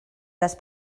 les